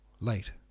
late